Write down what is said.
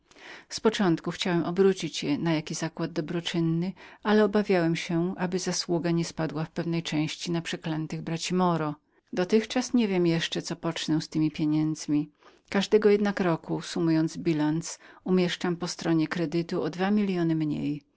z początku chciałem obrócić je na jaki zakład dobroczynny ale obawiałem się aby zasługa nie spadła w pewnej części na przeklętych braci moro dotychczas nie wiem jeszcze co pocznę z temi pieniędzmi każdego jednak roku summując bilans kredytu i debetu umieszczam w pierwszym dwa miliony mniej